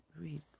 read